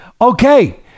Okay